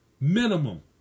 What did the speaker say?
Minimum